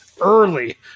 early